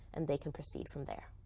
and they can proceed from there.